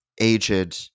aged